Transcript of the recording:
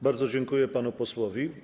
Bardzo dziękuję panu posłowi.